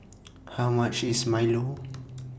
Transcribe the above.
How much IS Milo